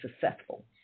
successful